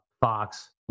Fox